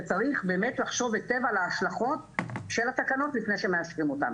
שצריך לחשוב היטב על ההשלכות של התקנות לפני שמאשרים אותן.